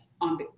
on